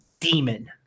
Demon